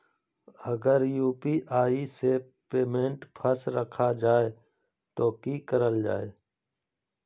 अगर यू.पी.आई से पेमेंट फस रखा जाए तो की करल जाए?